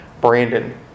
Brandon